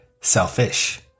selfish